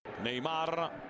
Neymar